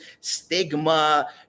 stigma